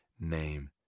name